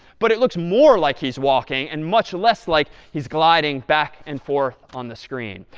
but it looks more like he's walking and much less like he's gliding back and forth on the screen.